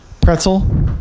Pretzel